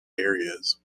areas